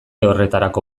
horretarako